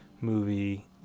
movie